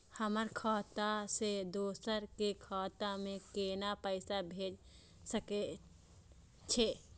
हमर खाता से दोसर के खाता में केना पैसा भेज सके छे?